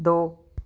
ਦੋ